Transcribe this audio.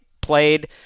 played